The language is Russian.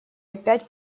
опять